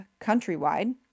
countrywide